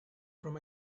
from